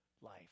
life